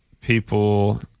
people